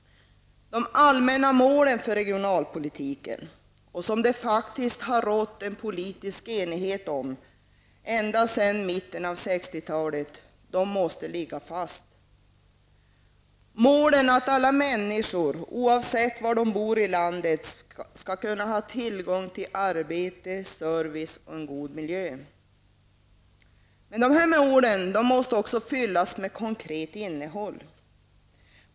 De allmänna målen för regionalpolitiken, som det faktiskt har rått politisk enighet om ända sedan mitten av 1960-talet, måste ligga fast. Målen är att alla människor, oavsett var de bor i landet, skall ha tillgång till arbete, service och en god miljö. Dessa mål måste fyllas med konkret innehåll.